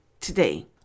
today